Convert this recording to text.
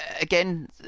again